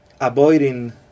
avoiding